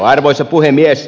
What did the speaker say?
arvoisa puhemies